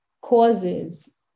causes